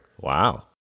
Wow